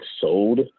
sold